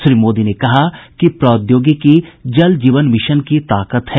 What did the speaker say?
श्री मोदी ने कहा कि प्रौद्योगिकी जल जीवन मिशन की ताकत है